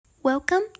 Welcome